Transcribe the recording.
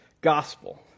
gospel